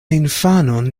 infanon